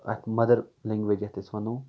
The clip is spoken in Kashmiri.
اتھ مَدر لینگویج یَتھ أسۍ وَنو